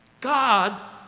God